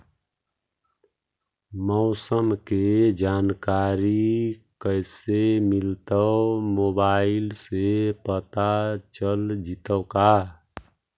मौसम के जानकारी कैसे मिलतै मोबाईल से पता चल जितै का?